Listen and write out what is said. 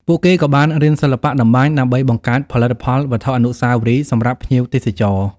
ពួកគេក៏បានរៀនសិល្បៈតម្បាញដើម្បីបង្កើតផលិតផលវត្ថុអនុស្សាវរីយ៍សម្រាប់ភ្ញៀវទេសចរ។